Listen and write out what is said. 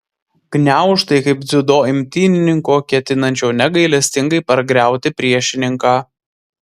gniaužtai kaip dziudo imtynininko ketinančio negailestingai pargriauti priešininką